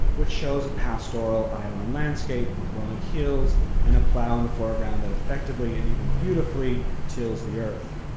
which shows a pastoral island landscape with rolling hills and a plow in the foreground that effectively and even beautifully tills the earth.